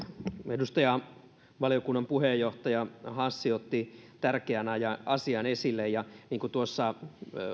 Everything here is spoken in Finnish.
edustaja valiokunnan puheenjohtaja hassi otti tärkeän asian esille ja niin kuin tuossa